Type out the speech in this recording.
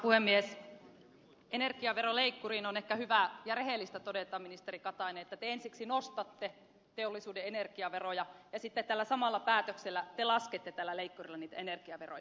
energiaveroleikkurista on ehkä hyvä ja rehellistä todeta ministeri katainen että te ensiksi nostatte teollisuuden energiaveroja ja sitten tällä samalla päätöksellä te laskette tällä leikkurilla niitä energiaveroja